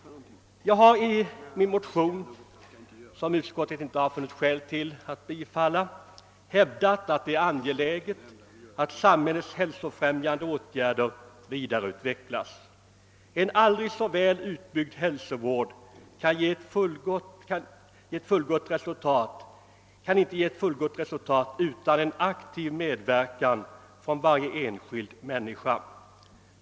Jag har i min motion, som utskottet inte funnit skäl att tillstyrka, hävdat att det är angeläget att samhällets hälsofrämjande åtgärder vidareutvecklas. En aldrig så väl utbyggd hälsovård kan inte ge ett fullgott resultat utan aktiv medverkan av varje enskild människa.